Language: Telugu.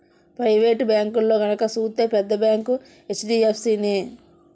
పెయివేటు బేంకుల్లో గనక సూత్తే పెద్ద బేంకు హెచ్.డి.ఎఫ్.సి నే